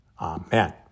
Amen